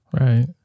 Right